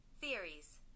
Theories